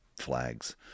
flags